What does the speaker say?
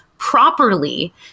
Properly